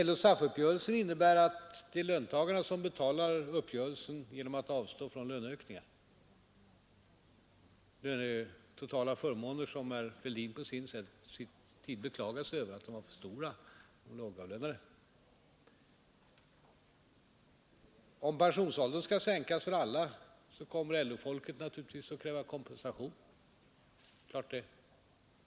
LO-SAF-uppgörelsen innebär att löntagarna betalar uppgörelsen genom att avstå från löneökningar och totala förmåner som herr Fälldin på sin tid beklagade sig över var för stora för de lågavlönade. Om pensionsåldern skulle sänkas för alla, kommer LO-folket naturligtvis att kräva kompensation.